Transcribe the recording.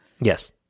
Yes